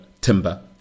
Timber